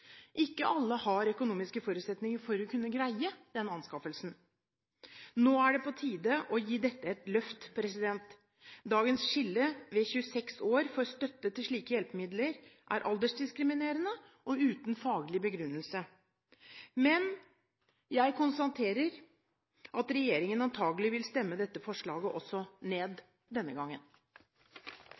Ikke alle har økonomiske forutsetninger for å kunne greie den anskaffelsen. Nå er det på tide å gi dette et løft. Dagens skille ved 26 år for støtte til slike hjelpemidler er aldersdiskriminerende og uten faglig begrunnelse, men jeg konstaterer at regjeringen antagelig vil stemme dette forslaget ned denne gangen